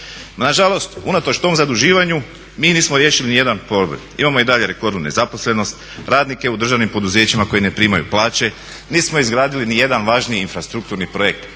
Nažalost, unatoč tom zaduživanju mi nismo riješili nijedan problem. Imamo i dalje rekordnu nezaposlenost, radnike državnim poduzećima koji ne primaju plaće, nismo izgradili nijedan važniji infrastrukturniji projekt.